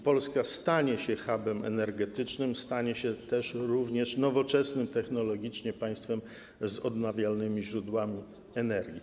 Polska stanie się hubem energetycznym, stanie się również nowoczesnym technologicznie państwem z odnawialnymi źródłami energii.